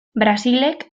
brasilek